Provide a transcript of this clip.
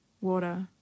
water